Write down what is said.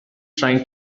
trying